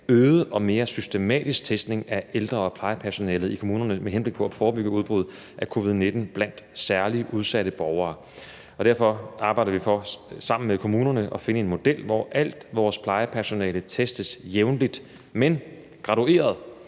øget og mere systematisk test af ældre og plejepersonalet i kommunerne med henblik på at forebygge udbrud af covid-19 blandt særlig udsatte borgere. Derfor arbejder vi sammen med kommunerne på at finde en model, hvor al vores plejepersonale testes jævnligt, men gradueret